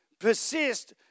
persist